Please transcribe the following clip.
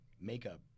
makeup